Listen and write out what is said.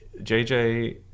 jj